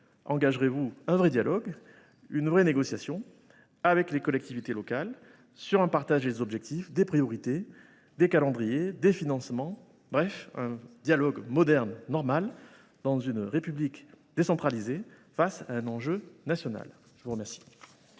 engagerez vous un vrai dialogue, une vraie négociation avec les collectivités locales sur un partage des objectifs, des priorités, des calendriers et des financements – bref, un dialogue moderne et normal dans une République décentralisée face à un enjeu national ? La parole